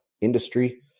industry